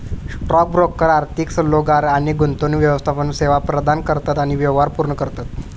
stock broker आर्थिक सल्लोगार आणि गुंतवणूक व्यवस्थापन सेवा प्रदान करतत आणि व्यवहार पूर्ण करतत